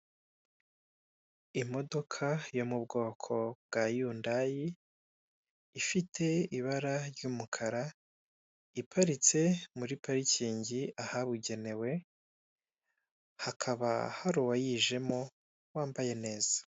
Imodoka yo mubwoko bwa yundayi ifite ibara ry'umukara iparitse muri parikingi ahabugenewe hakaba hari uwayijemo wambaye neza.